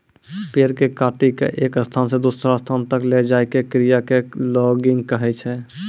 पेड़ कॅ काटिकॅ एक स्थान स दूसरो स्थान तक लै जाय के क्रिया कॅ लॉगिंग कहै छै